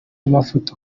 mafoto